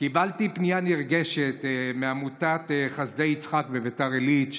קיבלתי פנייה נרגשת מעמותת חסדי יצחק בביתר עילית,